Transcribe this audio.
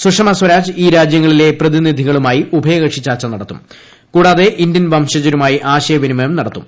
സുഷമ സ്വരാജ് ഈ രാജ്യങ്ങളിലെ പ്രതിനിധികളുമായി ഉഭയകക്ഷി ചർച്ച നടത്തും കൂടാതെ ഇന്തൃൻ വംശജരുമായി ആശയവിനിമയം നടത്തും